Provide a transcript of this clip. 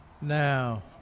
Now